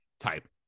type